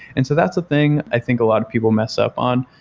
and so that's thing i think a lot of people mess up on.